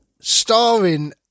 starring